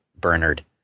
Bernard